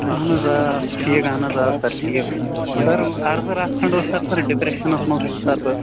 اَہَن حظ آ ٹھیٖک اَہَن حظ آ سَر ٹھیٖک سَر عرضہٕ رَژھ کھَنٛڈ اوس سَر ڈِپرٛیشنَس منٛز چھُس سَر بہٕ